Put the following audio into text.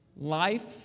Life